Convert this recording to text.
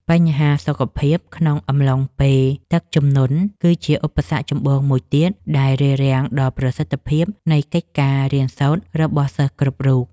បញ្ហាសុខភាពក្នុងអំឡុងពេលទឹកជំនន់ គឺជាឧបសគ្គចម្បងមួយទៀតដែលរារាំងដល់ប្រសិទ្ធភាពនៃកិច្ចការរៀនសូត្ររបស់សិស្សគ្រប់រូប។